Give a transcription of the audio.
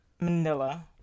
Manila